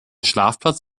schlafplatz